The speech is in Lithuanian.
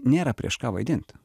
nėra prieš ką vaidint